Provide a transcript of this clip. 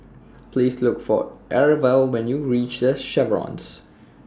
Please Look For Arvel when YOU REACH The Chevrons